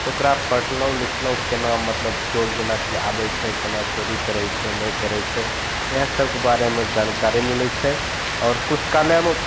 तऽ ओकरा पढलहुँ लिखलहुँ केना मतलब चोर जेनाकि आबय छै केना चोरी करय छै नहि करय छै इएह सबके बारेमे जानकारी मिलय छै आओर पुस्तकालयमे